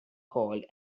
called